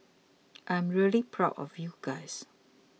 I'm really proud of you guys